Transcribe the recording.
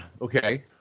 Okay